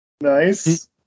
Nice